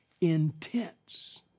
intense